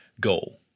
goal